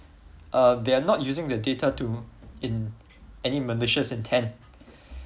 uh they are not using the data to in~ any malicious intent